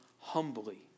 Humbly